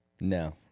No